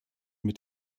mit